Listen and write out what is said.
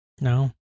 No